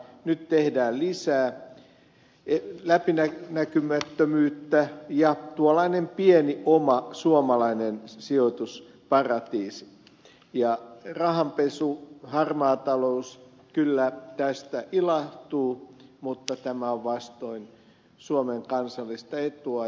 nyt tehdään lisää läpinäkymättömyyttä ja tuollainen pieni oma suomalainen sijoitusparatiisi ja rahanpesu harmaa talous kyllä tästä ilahtuvat mutta tämä on vastoin suomen kansallista etua